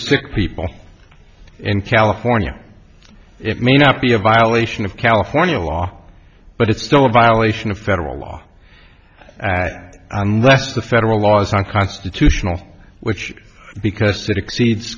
sick people in california it may not be a violation of california law but it's still a violation of federal law unless the federal laws unconstitutional which because it exceeds